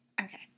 okay